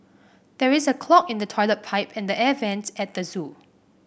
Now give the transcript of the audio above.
there is a clog in the toilet pipe and the air vents at the zoo